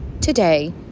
today